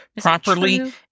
properly-